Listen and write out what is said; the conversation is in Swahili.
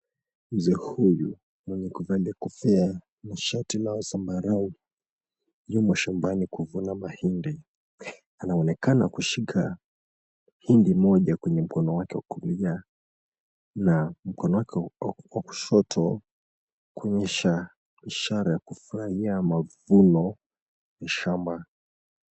Mzee huyu mwenye kuvalia kofia na shati la zambarau yumo shambani kuvuna mahindi. Anaonekana kushika hindi moja katika mkono wake wa kulia na mkono wake wa kushoto kuonyesha ishara ya kufurahia mavuno ya shamba.